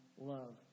love